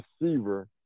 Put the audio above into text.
receiver